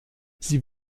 sie